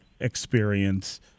experience